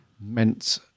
meant